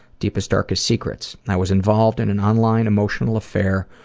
deepest darkest secrets, i was involved in an online emotional affair,